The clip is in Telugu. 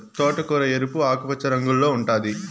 తోటకూర ఎరుపు, ఆకుపచ్చ రంగుల్లో ఉంటాది